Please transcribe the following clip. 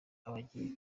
abagiye